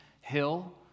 hill